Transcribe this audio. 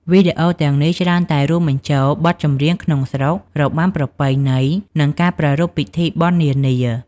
វីដេអូទាំងនេះច្រើនតែរួមបញ្ចូលបទចម្រៀងក្នុងស្រុក របាំប្រពៃណី និងការប្រារព្ធពិធីបុណ្យនានា។